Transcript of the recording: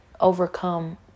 overcome